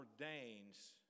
ordains